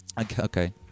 Okay